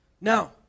Now